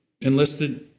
enlisted